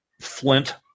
flint